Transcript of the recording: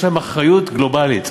יש להם אחריות גלובלית.